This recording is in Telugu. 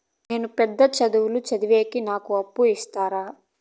నేను పెద్ద చదువులు చదివేకి నాకు అప్పు ఇస్తారా